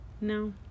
no